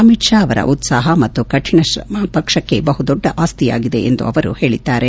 ಅಮಿತ್ ಶಾ ಅವರ ಉತ್ಸಾಹ ಮತ್ತು ಕಠಿಣ ಶ್ರಮ ಪಕ್ಷಕ್ಕೆ ಬಹುದೊಡ್ಡ ಆಸ್ತಿಯಾಗಿದೆ ಎಂದು ಅವರು ಹೇಳಿದ್ದಾರೆ